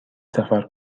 سفر